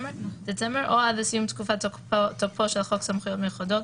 או עד לסיום תקופת תוקפו של חוק סמכויות מיוחדות